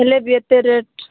ହେଲେ ବି ଏତେ ରେଟ୍